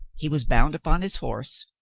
he was bound upon his horse,